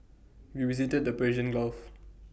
we visited the Persian gulf